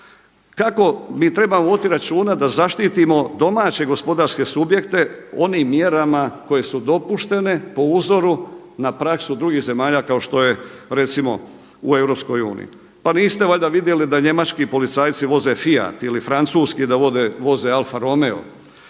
Kako mi trebamo voditi računa da zaštitimo domaće gospodarske subjekte onim mjerama koje su dopuštene po uzoru na praksu drugih zemalja kao što je recimo u EU. Pa niste valjda vidjeli da njemački policajci voze Fiat ili francuski da voze Alfa Romeo,